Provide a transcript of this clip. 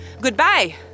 Goodbye